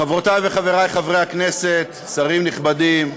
חברותי וחברי חברי הכנסת, שרים נכבדים,